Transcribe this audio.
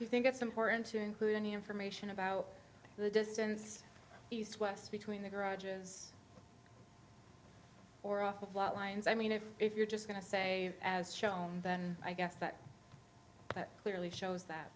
and you think it's important to include any information about the distance between the garages or off of lot lines i mean if if you're just going to say as shown then i guess that that clearly shows that